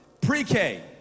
Pre-K